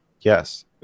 yes